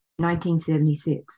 1976